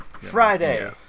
Friday